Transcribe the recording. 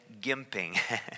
gimping